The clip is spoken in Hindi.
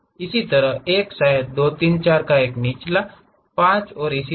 इसी तरह 1 शायद 2 3 4 एक निचला 5 और इसी तरह